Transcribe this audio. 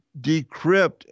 decrypt